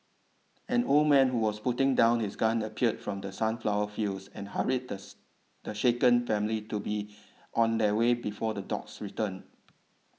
an old man who was putting down his gun appeared from the sunflower fields and hurried the the shaken family to be on their way before the dogs return